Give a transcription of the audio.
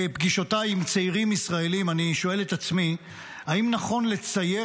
בפגישותיי עם צעירים ישראלים אני שואל את עצמי אם נכון לצייר